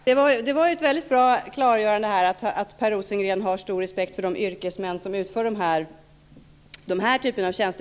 Herr talman! Det var ett väldigt bra klargörande här. Per Rosengren har alltså stor respekt för de yrkesmän som utför den här typen av tjänster.